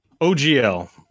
OGL